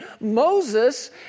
Moses